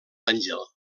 àngel